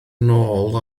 nôl